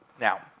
Now